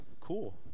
cool